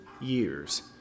years